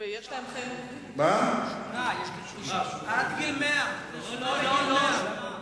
יש מגבלה, שונה, עד גיל 100. לא, לא.